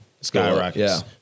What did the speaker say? skyrockets